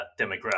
demographic